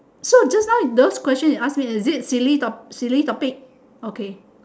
so just know those question you ask me is it silly silly topic